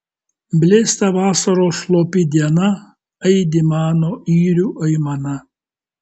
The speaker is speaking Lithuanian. blėsta vasaros slopi diena aidi mano yrių aimana